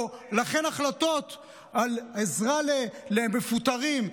לכן החלטות על עזרה למפוטרים,